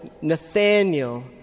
Nathaniel